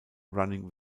running